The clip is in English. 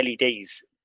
LEDs